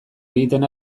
egiten